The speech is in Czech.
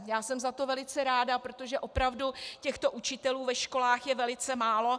Já jsem za to velice ráda, protože opravdu těchto učitelů ve školách je velice málo.